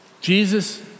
Jesus